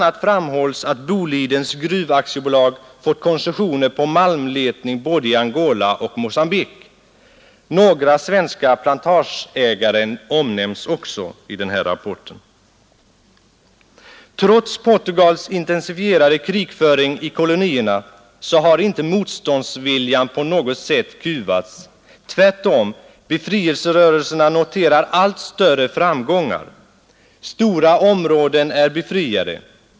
a. framhålls att Bolidens Gruv AB fått koncessioner på malmletning både i Angola och Mosgambique. Några svenska plantageägare omnämns också. Trots Portugals intensifierade krigföring i kolonierna har inte motståndsviljan på något sätt kuvats. Tvärtom, befrielserörelserna noterar allt större framgångar. Stora områden är befriade.